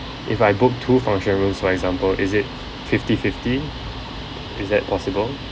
if I book two function rooms for example is it fifty fifty is that possible